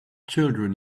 children